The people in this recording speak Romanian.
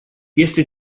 este